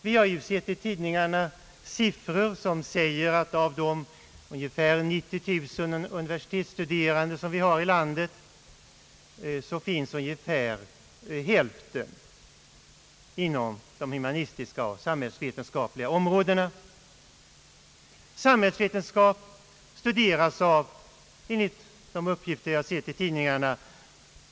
Vi har ju i tidningarna sett siffror som säger att av de ungefär 90000 universitetsstuderande som vi har i landet finns ungefär häften inom de humanistiska och samhällsvetenskapliga områdena. Enligt dessa uppgifter studeras samhällsvetenskap av ungefär 25000 studenter.